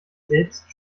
selbst